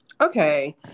Okay